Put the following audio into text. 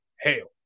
hail